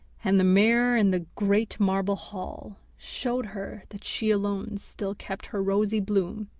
and the mirror in the great marble hall showed her that she alone still kept her rosy bloom,